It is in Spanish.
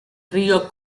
río